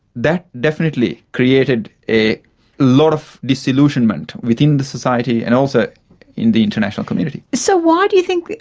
that definitely created a lot of disillusionment within the society and also in the international community. so why do you think,